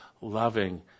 loving